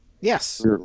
Yes